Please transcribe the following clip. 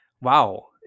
Wow